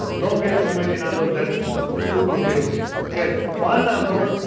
don't get too many numbers that's too confusing get one number,